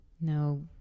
no